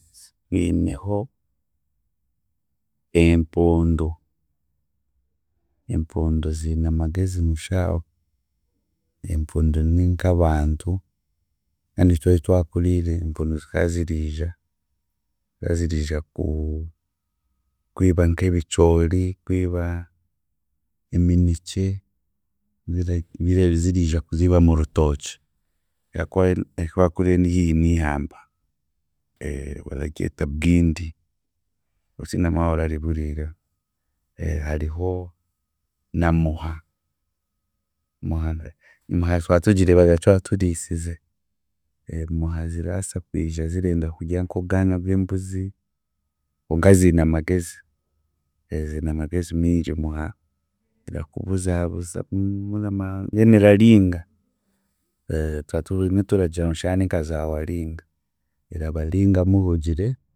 Biineho empondu, empundu ziine amagezi mushaawe. Empundu ni nk'abantu kandi itwe ahi twakuriire, empundu zikaaziriija, zikaaziriija ku- kwiba nk'ebicoori, kwiba eminekye, bira ziriija kuziiba murutookye. Ahaakuba ahi twakuriire ni hiihi n'eihamba, bararyeta Bwindi tindamanya wa orarihuriireho, hariho na muha, muha, muha twatugireebaga twaturiisize, muha ziraasa kwija zirenda kurya nk'obwana bw'embuzi, konka ziine amagezi, ziine amagezi mingi muha erakubuzaabuza murama mbwenu eraringa twatu bumwe tugiraga ngu shana ninkaza waaringa, erabariga muhugire.